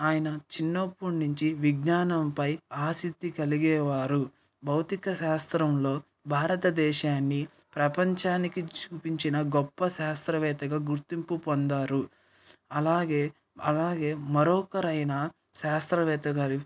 ఆయన చిన్నప్పటి నుంచి విజ్ఞానంపై ఆసక్తి కలిగేవారు భౌతికశాస్త్రంలో భారతదేశాన్ని ప్రపంచానికి చూపించిన గొప్ప శాస్త్రవేత్తగా గుర్తింపుపొందారు అలాగే అలాగే మరొకరైన శాస్త్రవేత్తగారు